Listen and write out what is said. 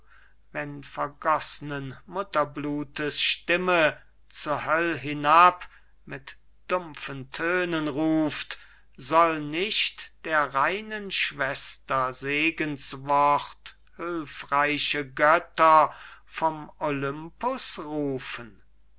wenn vergoss'nen mutterblutes stimme zur höll hinab mit dumpfen tönen ruft soll nicht der reinen schwester segenswort hülfreiche götter von olympus rufen